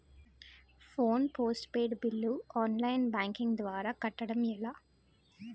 Phone postpaid bill online banking ద్వారా కట్టడం ఎలా?